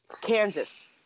Kansas